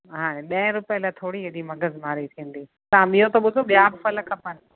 हाणे ॾहे रुपए लाइ थोरी एॾी मग़जमारी थींदी तव्हां ॿियो त ॿुधो ॿिया बि फ़ल खपनि